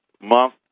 month